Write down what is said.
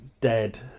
dead